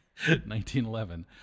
1911